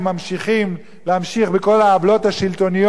ממשיכים בכל העוולות השלטוניות,